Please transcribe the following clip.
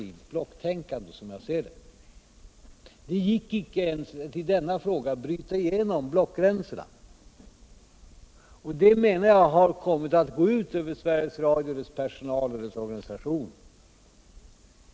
sterilt blocktänkande. Det gick inte ens alt I denna fråga bryta igenom blockgränserna. Det har kommit att gå ut över Sveriges Radios personal och organisation.